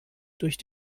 durch